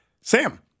Sam